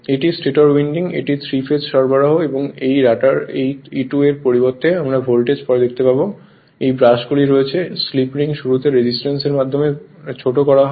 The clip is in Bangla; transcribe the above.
এটি স্টেটর উইন্ডিং এটি তিন ফেজ সরবরাহ এবং এই রটারটি এই E2 এর প্রবর্তিত ভোল্টেজ আমরা পরে দেখব এবং এই ব্রাশগুলি রয়েছে স্লিপ রিংগুলি শুরুতে রেজিস্ট্যান্সের মাধ্যমে ছোট করা হয়